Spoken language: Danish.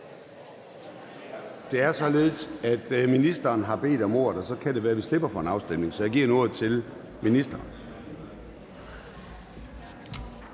er det således, at ministeren har bedt om ordet, og så kan det være, at vi slipper for en afstemning. Så jeg giver nu ordet til ministeren.